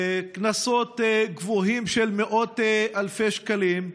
קנסות גבוהים של מאות אלפי שקלים,